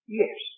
yes